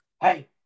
Hey